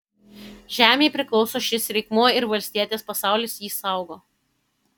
žemei priklauso šis reikmuo ir valstietės pasaulis jį saugo